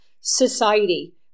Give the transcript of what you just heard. society